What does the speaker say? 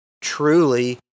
truly